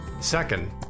Second